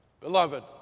Beloved